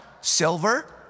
silver